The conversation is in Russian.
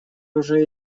уже